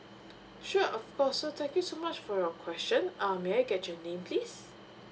sure of course so thank you so much for your question um may I get your name please